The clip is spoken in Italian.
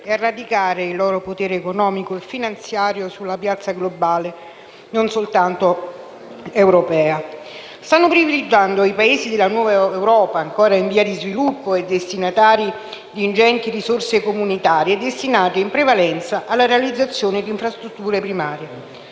e a radicare il loro potere economico e finanziario sulla piazza globale, non soltanto europea. Stanno privilegiando i Paesi della nuova Europa, ancora in via di sviluppo e destinatari di ingenti risorse comunitarie destinate, in prevalenza, alla realizzazione di infrastrutture primarie.